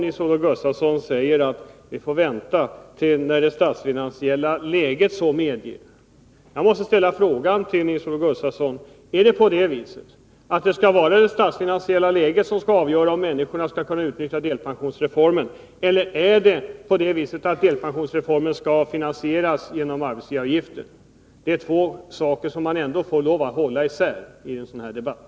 Nils-Olof Gustafsson säger att detta får vänta till det statsfinansiella läget medger det. Jag måste fråga Nils-Olof Gustafsson: Skall det statsfinansiella läget vara avgörande för om människorna skall kunna utnyttja delpensionsreformen, eller skall den finansieras genom arbetsgivaravgifter? Det är två saker som man får lov att hålla isär i en sådan här debatt.